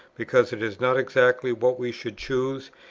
because it is not exactly what we should choose,